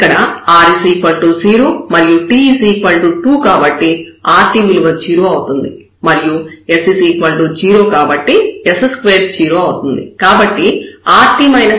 ఇక్కడ r 0 మరియు t 2 కాబట్టి rt విలువ 0 అవుతుంది మరియు s 0 కాబట్టి s2 0 అవుతుంది